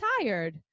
tired